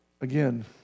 Again